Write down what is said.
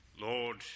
Lord